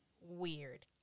weird